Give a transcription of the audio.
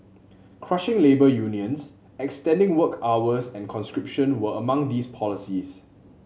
crushing labour unions extending work hours and conscription were among these policies